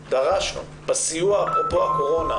כשאנחנו דרשנו בסיוע אפרופו הקורונה,